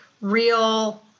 real